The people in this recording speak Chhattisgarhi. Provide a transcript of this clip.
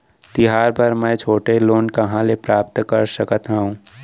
तिहार बर मै छोटे लोन कहाँ ले प्राप्त कर सकत हव?